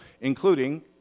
including